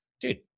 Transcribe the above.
dude